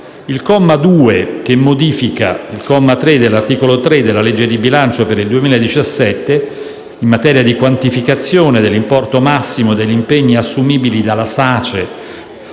Il comma 2, che modifica il comma 3 dell'articolo 3 della legge di bilancio per il 2017, in materia di quantificazione dell'importo massimo degli impegni assumibili dalla SACE